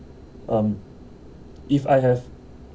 um if I have